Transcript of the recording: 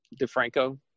DeFranco